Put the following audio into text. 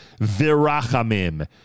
virachamim